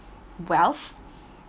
wealth